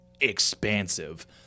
expansive